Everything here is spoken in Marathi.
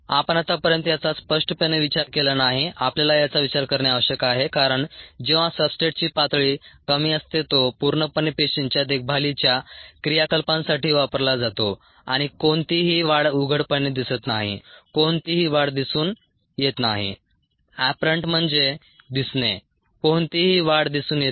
आपण आतापर्यंत याचा स्पष्टपणे विचार केला नाही आपल्याला याचा विचार करणे आवश्यक आहे कारण जेव्हा सब्सट्रेटची पातळी कमी असते तो पूर्णपणे पेशींच्या देखभालीच्या क्रियाकलापांसाठी वापरला जातो आणि कोणतीही वाढ उघडपणे दिसत नाही कोणतीही वाढ दिसून येत नाही एपरंट म्हणजे दिसणे कोणतीही वाढ दिसून येत नाही